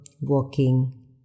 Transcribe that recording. Walking